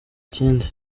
kindi